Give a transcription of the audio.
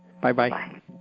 Bye-bye